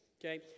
Okay